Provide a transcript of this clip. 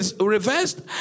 reversed